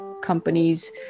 companies